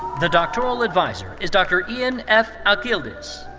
the doctoral adviser is dr. ian f. akyildiz.